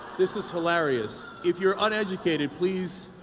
this is hilarious. if you're uneducated, please,